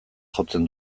jotzen